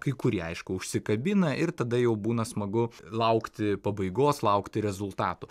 kai kurie aišku užsikabina ir tada jau būna smagu laukti pabaigos laukti rezultatų